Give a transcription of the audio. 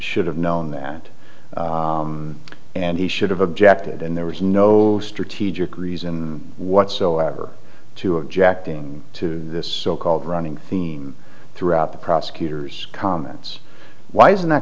should have known that and he should have objected and there was no strategic reason whatsoever to objecting to this so called running theme throughout the prosecutor's comments why isn't that